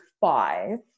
five